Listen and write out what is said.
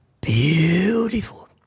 beautiful